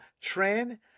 trend